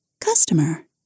Customer